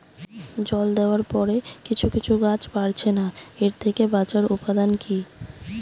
জল দেওয়ার পরে কিছু কিছু গাছ বাড়ছে না এর থেকে বাঁচার উপাদান কী?